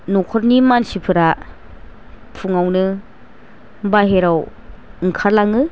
न'खरनि मानसिफोरा फुंआवनो बाहेराव ओंखारलाङो